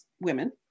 women